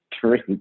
three